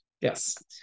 yes